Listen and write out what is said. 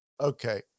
Okay